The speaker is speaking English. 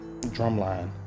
Drumline